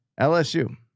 LSU